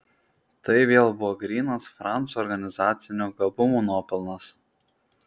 tai vėl buvo grynas franco organizacinių gabumų nuopelnas